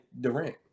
Durant